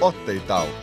o tai tau